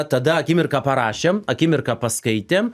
tada akimirką parašėm akimirką paskaitėm